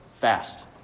fast